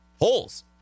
holes